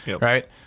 right